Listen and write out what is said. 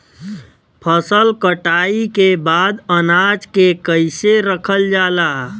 फसल कटाई के बाद अनाज के कईसे रखल जाला?